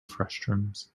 frustums